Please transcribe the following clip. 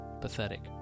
pathetic